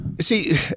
See